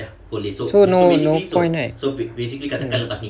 so no no point right